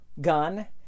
gun